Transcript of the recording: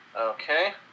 Okay